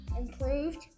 improved